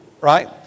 right